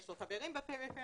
יש לו חברים בפריפריה,